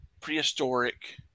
prehistoric